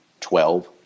twelve